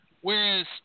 Whereas